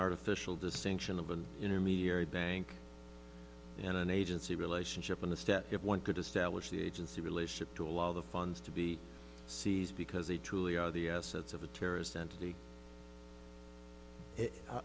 artificial distinction of an intermediary bank and an agency relationship on the step if one could establish the agency relationship to allow the funds to be seized because they truly are the assets of a terrorist entity